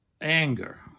anger